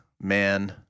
man